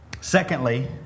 Secondly